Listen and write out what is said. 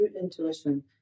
intuition